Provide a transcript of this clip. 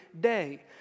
day